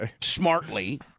smartly